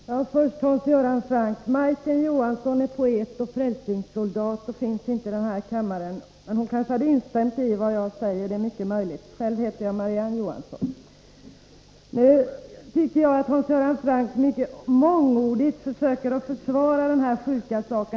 Herr talman! Först, Hans Göran Franck: Majken Johansson är poet och frälsningssoldat och finns inte i den här kammaren — men hon kanske hade instämt i vad jag säger, det är möjligt. Själv heter jag Marie-Ann Johansson. Hans Göran Franck försöker mycket mångordigt försvara den här sjuka saken.